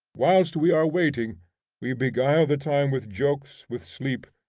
whilst we are waiting we beguile the time with jokes, with sleep,